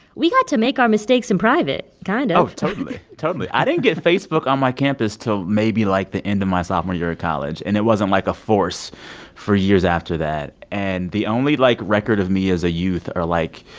we got to make our mistakes in private kind of oh, totally, totally. i didn't get facebook on my campus til maybe, like, the end of my sophomore year of college. and it wasn't, like, a force for years after that. and the only, like, record of me as a youth are, like,